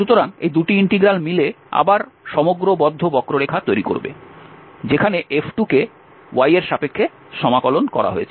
সুতরাং এই 2 টি ইন্টিগ্রাল মিলে আবার সমগ্র বদ্ধ বক্ররেখা তৈরি করবে যেখানে F2কে y এর সাপেক্ষে সমাকলন করা হয়েছে